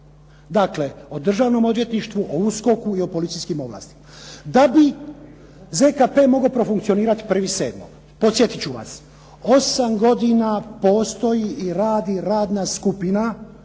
dakle, o državnom odvjetništvu, o USKOK-u i o policijskim ovlastima. Da bi ZKP mogao profunkcionirati 1.7. podsjetiti ću vas, 8 godina postoji i radi radna skupina